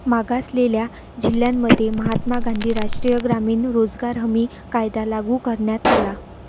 मागासलेल्या जिल्ह्यांमध्ये महात्मा गांधी राष्ट्रीय ग्रामीण रोजगार हमी कायदा लागू करण्यात आला